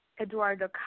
Eduardo